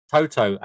Toto